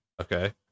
Okay